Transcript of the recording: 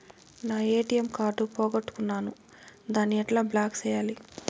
నా ATM card పోగొట్టుకున్నాను, దాన్ని ఎట్లా బ్లాక్ సేయాలి?